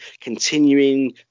continuing